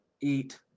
eat